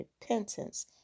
repentance